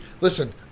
listen